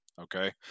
okay